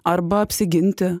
arba apsiginti